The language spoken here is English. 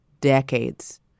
decades